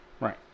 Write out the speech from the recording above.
Right